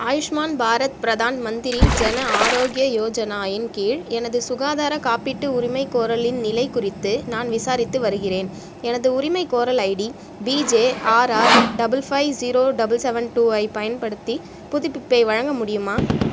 ஆயுஷ்மான் பாரத் பிரதான் மந்திரி ஜன ஆரோக்கிய யோஜனா இன் கீழ் எனது சுகாதார காப்பீட்டு உரிமைகோரலின் நிலை குறித்து நான் விசாரித்து வருகிறேன் எனது உரிமைகோரல் ID BJRR double five zero double seven two five பயன்படுத்தி புதுப்பிப்பை வழங்க முடியுமா